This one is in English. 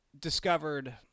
discovered